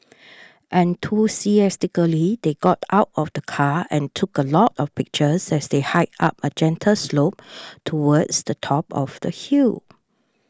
enthusiastically they got out of the car and took a lot of pictures as they hiked up a gentle slope towards the top of the hill